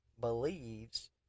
believes